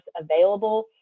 available